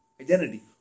Identity